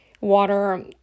water